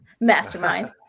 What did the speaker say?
Mastermind